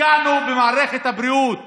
השקענו במערכת הבריאות